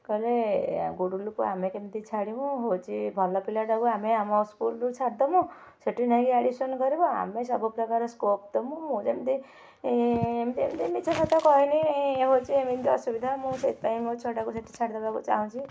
କହିଲେ ଗୁଡ଼ୁଲୁକୁ ଆମେ କେମିତି ଛାଡ଼ିବୁ ହେଉଛି ଭଲ ପିଲାଟାକୁ ଆମେ ଆମ ସ୍କୁଲ୍ରୁ ଛାଡ଼ିଦେମୁ ସେଠି ଯାଇକି ଆଡ଼ମିଶନ୍ କରିବ ଆମେ ସବୁପ୍ରକାର ସ୍କୋପ୍ ଦେମୁ ଯେମିତି ଏମିତି ଏମିତି ଏମିତି ମିଛ ସତ କହିନି ହେଉଛି ଏମିତି ଅସୁବିଧା ମୁଁ ସେଇଥିପାଇଁ ମୋ ଛୁଆଟାକୁ ସେଇଠି ଛାଡ଼ି ଦେବାକୁ ଚାହୁଁଛି